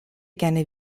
gerne